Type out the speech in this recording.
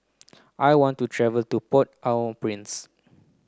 I want to travel to Port au Prince